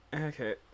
Okay